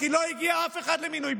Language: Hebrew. כי לא הגיע אף אחד למינוי,